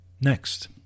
Next